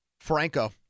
Franco